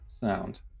sound